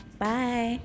bye